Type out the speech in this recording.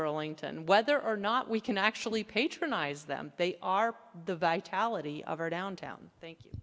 burlington and whether or not we can actually patronize them they are the vitality of our downtown thank you